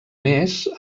més